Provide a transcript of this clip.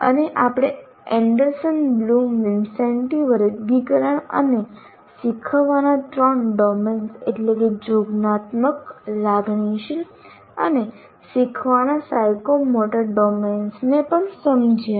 અને આપણે Anderson Bloom વિન્સેન્ટી વર્ગીકરણ અને શીખવાના ત્રણ ડોમેન્સ એટલે કે જોગ્નાત્મક લાગણીશીલ અને શીખવાના સાયકોમોટર ડોમેન્સને પણ સમજ્યા